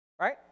Right